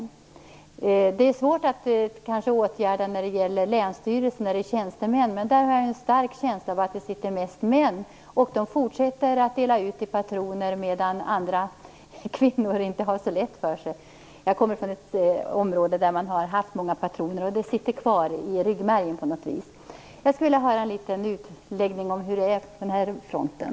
Detta är kanske svårt att åtgärda bland tjänstemännen på länsstyrelserna, men jag har en stark känsla av att det där finns mest män. De fortsätter att dela ut pengar till patroner medan kvinnor inte har så lätt för sig - jag kommer från ett område där det har funnits många patroner, och det sitter kvar i ryggmärgen. Jag skulle vilja höra en liten utläggning om hur det ser ut på den här fronten.